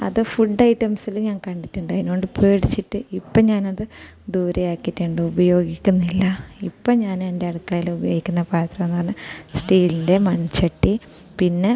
അത് ഫുഡ് ഐറ്റംസിൽ ഞാൻ കണ്ടിട്ടുണ്ട് അതിനൊണ്ട് പേടിച്ചിട്ട് ഇപ്പം ഞാനത് ദൂരെ ആക്കിയിട്ടുണ്ട് ഉപയോഗിക്കുന്നില്ല ഇപ്പം ഞാൻ എൻ്റെ അടുക്കളയിൽ ഉപയോഗിക്കുന്ന പാത്രം എന്ന് പറഞ്ഞാൽ സ്റ്റീലിന്റെ മൺചട്ടി പിന്നെ